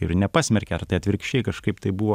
ir nepasmerkė ar tai atvirkščiai kažkaip tai buvo